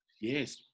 Yes